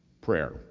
prayer